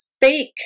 fake